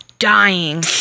dying